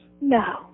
No